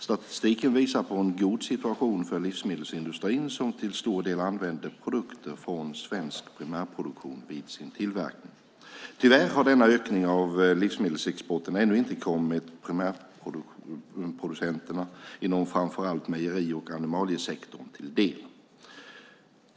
Statistiken visar på en god situation för livsmedelsindustrin, som till stor del använder produkter från svensk primärproduktion vid sin tillverkning. Tyvärr har denna ökning av livsmedelsexporten ännu inte kommit primärproducenterna inom framför allt mejeri och animaliesektorn till del.